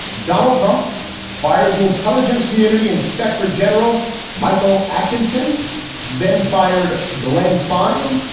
donald trump fired the intelligence community. inspector general michael atkinson then fired glenn fine,